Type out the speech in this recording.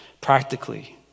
Practically